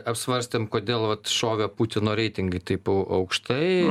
apsvarstėm kodėl vat šovė putino reitingai taip au aukštai